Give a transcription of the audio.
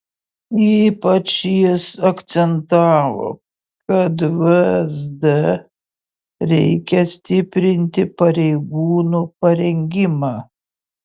ypač jis akcentavo kad vsd reikia stiprinti pareigūnų parengimą